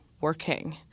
working